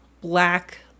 black